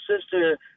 sister